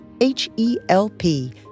H-E-L-P